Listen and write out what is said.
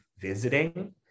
visiting